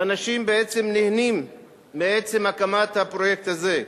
ואנשים בעצם נהנים מעצם הקמת הפרויקט הזה.